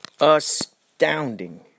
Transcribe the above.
astounding